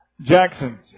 Jackson